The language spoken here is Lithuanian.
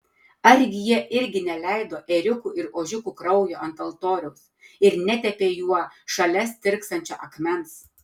argi jie irgi neleido ėriukų ir ožiukų kraujo ant altoriaus ir netepė juo šalia stirksančio akmens